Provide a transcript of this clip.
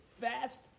fast